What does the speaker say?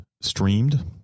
streamed